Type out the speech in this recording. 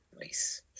Nice